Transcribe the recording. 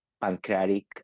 pancreatic